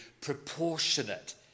proportionate